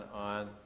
on